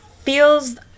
feels